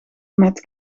met